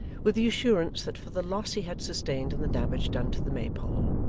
with the assurance that for the loss he had sustained in the damage done to the maypole,